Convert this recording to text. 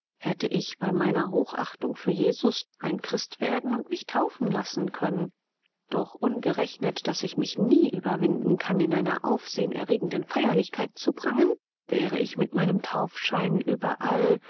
hätte ich bei meiner hochachtung für jesus ein christ werden und mich taufen lassen können doch ungerechnet daß ich mich nie überwinden kann in einer aufsehen erregenden feierlichkeit zu prangen wäre ich mit meinem taufschein überall